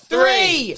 Three